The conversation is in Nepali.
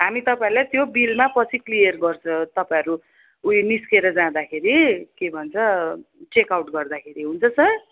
हामी तपाईँहरूलाई त्यो बिलमा पछि क्लियर गर्छ तपाईँहरू उयो निस्केर जादाँखेरि के भन्छ चेक आउट गर्दाखेरि हुन्छ सर